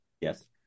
yes